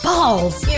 Balls